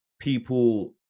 people